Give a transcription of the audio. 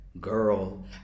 Girl